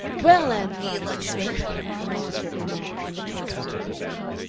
well, ann veronica smith, the magistrate remarked when the case was all before him,